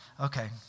Okay